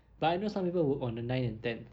pioneer some people will vote on the ninth and tenth